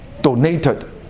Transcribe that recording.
donated